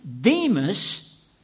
Demas